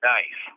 Nice